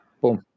boom